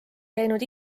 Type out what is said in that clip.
käinud